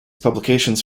publications